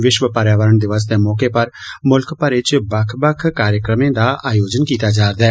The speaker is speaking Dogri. विश्व पर्यावरण दिवस दे मौके पर मुल्ख भरै च बक्ख बक्ख प्रोग्रामें दा आयोजन कीता जा'रदा ऐ